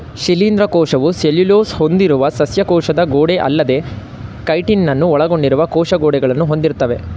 ಶಿಲೀಂಧ್ರ ಕೋಶವು ಸೆಲ್ಯುಲೋಸ್ ಹೊಂದಿರುವ ಸಸ್ಯ ಕೋಶದ ಗೋಡೆಅಲ್ಲದೇ ಕೈಟಿನನ್ನು ಒಳಗೊಂಡಿರುವ ಕೋಶ ಗೋಡೆಗಳನ್ನು ಹೊಂದಿರ್ತವೆ